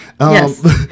Yes